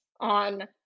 on